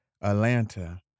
Atlanta